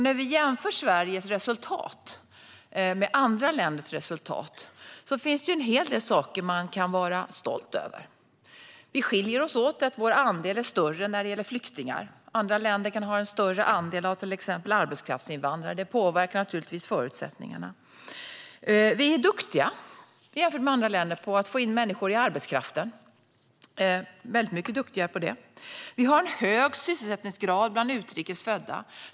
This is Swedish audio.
När vi jämför Sveriges resultat med andra länders finns det en hel del att vara stolt över. Vi skiljer oss åt, eftersom vår andel flyktingar är större. Andra länder kan ha en större andel arbetskraftsinvandrare. Detta påverkar givetvis förutsättningarna. Jämfört med andra länder är vi väldigt duktiga på att få in människor i arbetskraften. Vi har en hög sysselsättningsgrad bland utrikes födda.